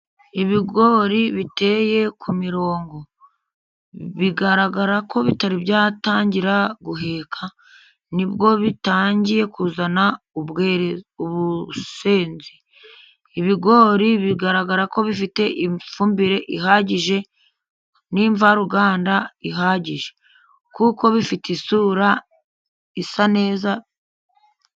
Ibigori biteye ku mirongo, bigaragara ko bitari byatangira guheka, ni bwo bitangiye kuzana ubusenzi. Ibigori bigaragara ko bifite ifumbire ihagije n' imvaruganda ihagije, kuko bifite isura isa neza.